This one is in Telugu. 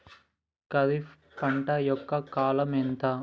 ఖరీఫ్ పంట యొక్క కాలం ఎంత?